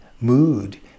mood